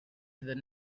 than